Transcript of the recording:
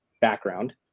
background